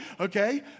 okay